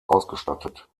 ausgestattet